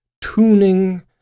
tuning